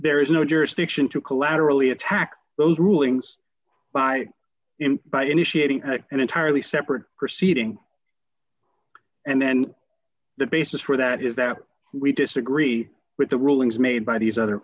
there is no jurisdiction to collaterally attack those rulings by him by initiating an entirely separate proceeding and then the basis for that is that we disagree with the rulings made by these other